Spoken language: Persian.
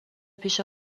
پیش